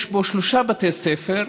יש בו שלושה בתי ספר,